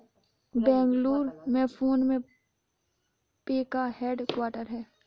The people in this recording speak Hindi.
बेंगलुरु में फोन पे का हेड क्वार्टर हैं